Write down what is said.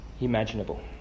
imaginable